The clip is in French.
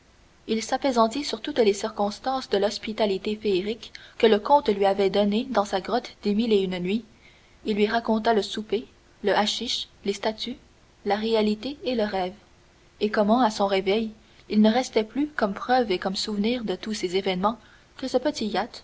il s'appesantit sur toutes les circonstances de l'hospitalité féerique que le comte lui avait donnée dans sa grotte des mille et une nuits il lui raconta le souper le haschich les statues la réalité et le rêve et comment à son réveil il ne restait plus comme preuve et comme souvenir de tous ces événements que ce petit